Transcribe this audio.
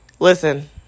Listen